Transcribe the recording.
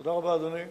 תודה רבה, אדוני.